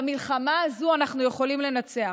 במלחמה הזאת אנחנו יכולים לנצח.